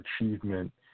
achievement